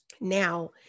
Now